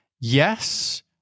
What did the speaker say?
yes